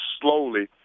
slowly